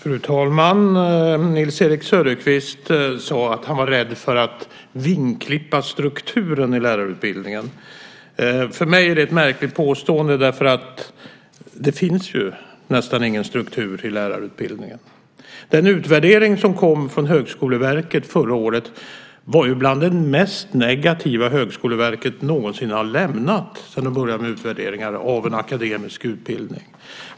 Fru talman! Nils-Erik Söderqvist sade att han var rädd för att vingklippa strukturen i lärarutbildningen. För mig är det ett märkligt påstående därför att det nästan inte finns någon struktur i lärarutbildningen. Den utvärdering som kom från Högskoleverket förra året var bland den mest negativa Högskoleverket någonsin har lämnat sedan de började med utvärderingar av en akademisk utbildning.